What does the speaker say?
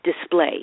display